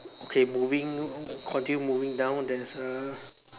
okay moving continue moving down there is a